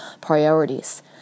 priorities